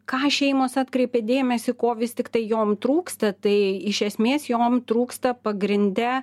ką šeimos atkreipė dėmesį ko vis tiktai jom trūksta tai iš esmės jom trūksta pagrinde